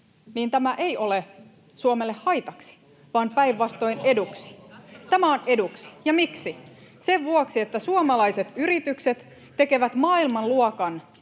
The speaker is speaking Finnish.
niin tämä ei ole Suomelle haitaksi, vaan päinvastoin eduksi. [Oikealta: Ohhoh!] Tämä on eduksi, ja miksi? Sen vuoksi, että suomalaiset yritykset tekevät maailmanluokan